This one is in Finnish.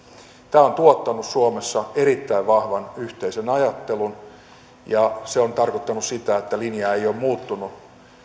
tämä on tuottanut suomessa erittäin vahvan yhteisen ajattelun ja se on tarkoittanut sitä että linja ei ole muuttunut